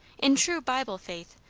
in true bible faith,